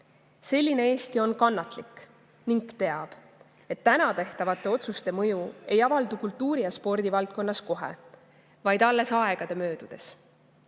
Selline Eesti on kannatlik ning teab, et täna tehtavate otsuste mõju ei avaldu kultuuri- ja spordivaldkonnas kohe, vaid alles aegade möödudes.